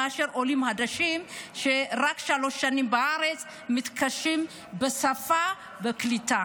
מאשר עולים חדשים שרק שלוש שנים בארץ ומתקשים בשפה ובקליטה.